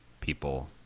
people